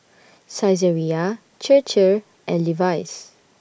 Saizeriya Chir Chir and Levi's